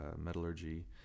metallurgy